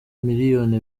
miliyoni